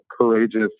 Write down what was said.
courageous